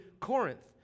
Corinth